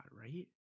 right